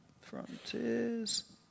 frontiers